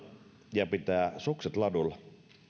ja pitää sukset ladulla